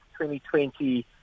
2020